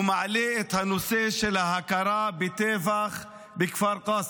ומעלה את הנושא של ההכרה בטבח בכפר קאסם.